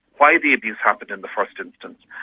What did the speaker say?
why the abuse happened in the first instance,